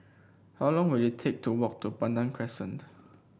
how long will it take to walk to Pandan Crescent